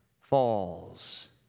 falls